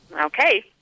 okay